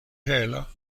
hela